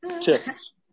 tips